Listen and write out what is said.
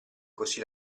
così